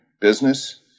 business